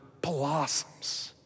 blossoms